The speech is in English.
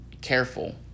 careful